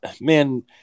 man